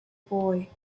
boy